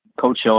coach